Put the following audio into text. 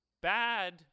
bad